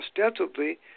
ostensibly